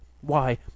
Why